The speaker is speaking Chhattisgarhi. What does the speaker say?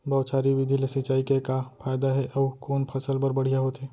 बौछारी विधि ले सिंचाई के का फायदा हे अऊ कोन फसल बर बढ़िया होथे?